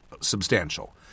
substantial